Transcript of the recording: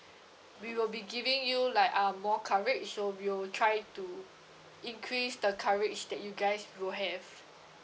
we will be giving you like uh more coverage so we will try to increase the coverage that you guys will have